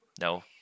No